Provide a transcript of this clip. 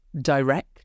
direct